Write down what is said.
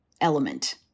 element